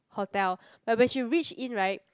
hotel but when she reach in right